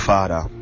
Father